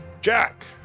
jack